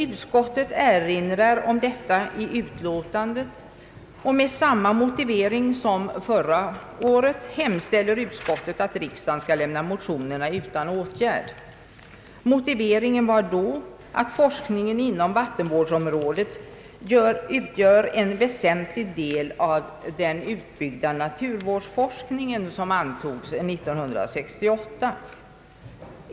Utskottet erinrar om detta i utlåtandet, och med samma motivering som förra året hemställer utskottet att riksdagen skall lämna motionerna utan åtgärd. Motiveringen var då att forskningen inom vattenvårdsområdet utgör en väsentlig del av den utbyggda naturvårdsforskningen, om vilken beslutades 1968.